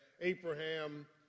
Abraham